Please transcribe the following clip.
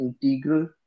integral